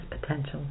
potential